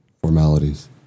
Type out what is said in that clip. Formalities